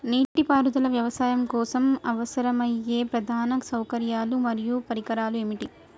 నీటిపారుదల వ్యవసాయం కోసం అవసరమయ్యే ప్రధాన సౌకర్యాలు మరియు పరికరాలు ఏమిటి?